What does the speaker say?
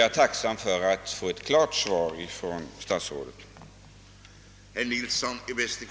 Jag vore tacksam för att få ett klart besked av statsrådet i den frågan.